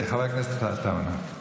חבר הכנסת עטאונה.